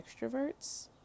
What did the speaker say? extroverts